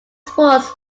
sports